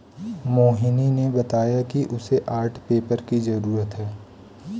मोहिनी ने बताया कि उसे आर्ट पेपर की जरूरत है